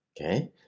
Okay